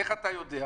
איך אתה יודע?